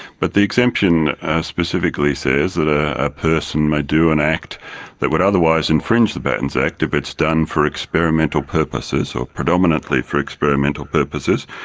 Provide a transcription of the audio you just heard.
but the exemption specifically says that a person may do an act would otherwise infringe the patents act if it's done for experimental purposes, or predominately for experimental purposes.